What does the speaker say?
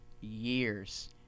years